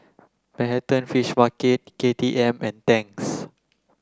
Manhattan Fish Market K T M and Tangs